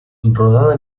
rodada